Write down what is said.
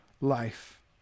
life